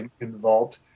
involved